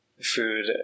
food